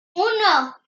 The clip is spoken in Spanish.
uno